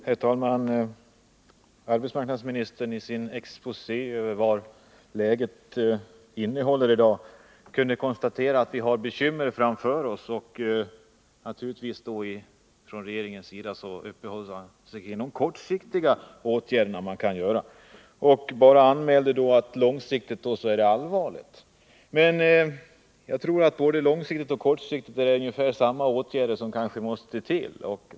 Herr talman! Arbetsmarknadsministern kunde i sin exposé över läget konstatera att vi har bekymmer framför oss. Det är då naturligt att man från regeringens sida uppehåller sig vid de kortsiktiga åtgärder man kan vidta och bara anmäler att långsiktigt är det allvarligt. Jag tror dock att både långsiktigt och kortsiktigt är det ungefär samma åtgärder som måste till.